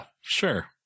sure